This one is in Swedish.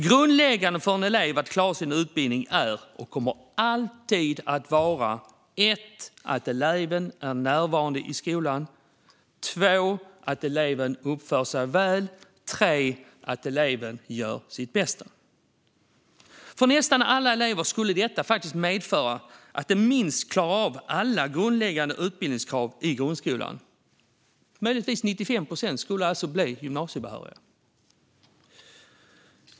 Grundläggande för att en elev ska klara sin utbildning är, och kommer alltid att vara, att eleven är närvarande i skolan, uppför sig väl och gör sitt bästa. För nästan alla elever skulle detta medföra att de minst klarar av alla grundläggande utbildningskrav i grundskolan. Möjligtvis skulle 95 procent alltså bli gymnasiebehöriga.